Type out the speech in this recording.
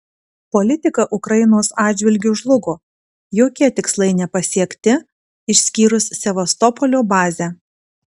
politika ukrainos atžvilgiu žlugo jokie tikslai nepasiekti išskyrus sevastopolio bazę